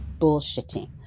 bullshitting